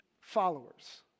followers